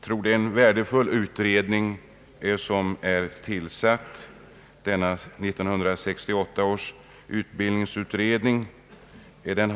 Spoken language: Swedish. Jag anser att 1968 års utbildningsutredning är värdefull.